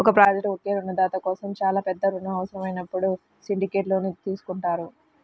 ఒక ప్రాజెక్ట్కు ఒకే రుణదాత కోసం చాలా పెద్ద రుణం అవసరమైనప్పుడు సిండికేట్ లోన్ తీసుకుంటారు